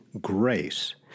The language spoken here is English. grace